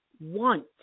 want